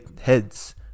heads